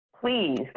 please